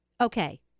Okay